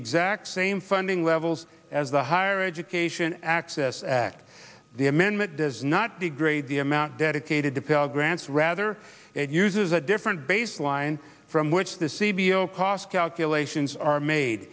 exact same funding levels as the higher education this act the amendment does not degrade the amount dedicated to pell grants rather it uses a different baseline from which the c b l cost calculations are made